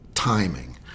timing